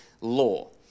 law